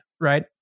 right